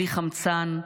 בלי חמצן,